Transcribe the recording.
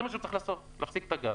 זה מה שהוא צריך לעשות, להפסיק את הגז.